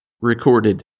recorded